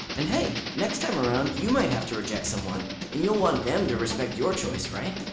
and hey, next time around, you might have to reject someone, and you'll want them to respect your choice, right?